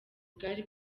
bwari